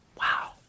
Wow